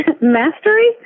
Mastery